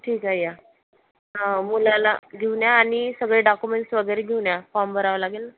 ठीक आहे या मुलाला घेऊन या आणि सगळे डॉक्युमेंट्स वगैरे घेऊन या फॉर्म भरावा लागेल